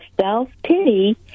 self-pity